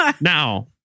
now